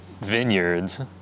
vineyards